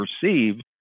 perceived